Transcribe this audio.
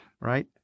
right